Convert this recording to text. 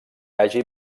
hagi